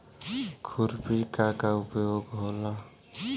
खुरपी का का उपयोग होला?